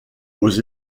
aux